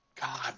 God